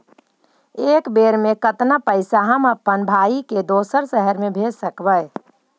एक बेर मे कतना पैसा हम अपन भाइ के दोसर शहर मे भेज सकबै?